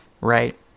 right